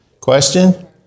Question